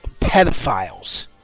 pedophiles